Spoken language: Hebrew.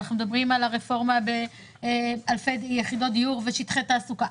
אנחנו מדברים על הרפורמה באלפי יחידות דיור ושטחי תעסוקה.